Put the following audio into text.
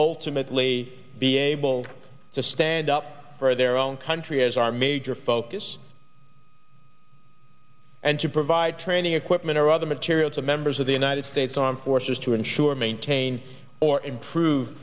ultimately be able to stand up for their own country as our major focus and to provide training equipment or other material to members of the united states armed forces to ensure maintain or improve